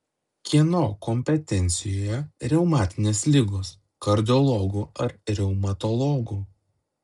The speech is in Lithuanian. kieno kompetencijoje reumatinės ligos kardiologų ar reumatologų